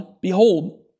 behold